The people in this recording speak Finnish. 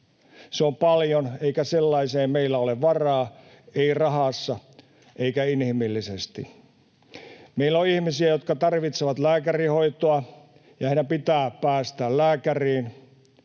Se on paljon, eikä meillä sellaiseen ole varaa, ei rahassa eikä inhimillisesti. Meillä on ihmisiä, jotka tarvitsevat lääkärihoitoa, ja heidän pitää päästä lääkäriin.